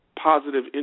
positive